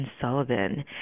Sullivan